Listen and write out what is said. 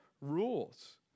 rules